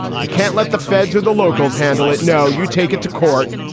you can't let the feds or the locals handle it. no. you take it to court.